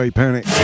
panic